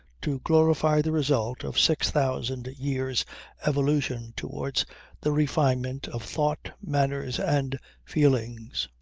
to glorify the result of six thousand years' evolution towards the refinement of thought, manners and feelings.